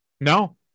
No